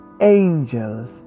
angels